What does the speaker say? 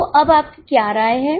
तो अब आपकी क्या राय है